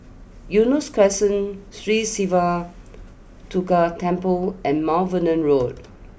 Eunos Crescent Sri Siva Durga Temple and Mount Vernon Road